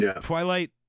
Twilight